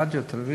רדיו, טלוויזיה.